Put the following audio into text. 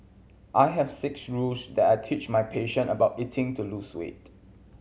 I have six rules that I teach my patient about eating to lose weight